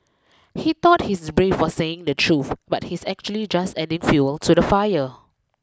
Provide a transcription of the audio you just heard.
he thought he's brave for saying the truth but he's actually just adding fuel to the fire